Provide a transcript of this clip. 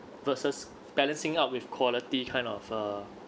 versus balancing out with quality kind of err